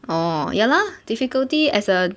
orh ya lah difficulty as a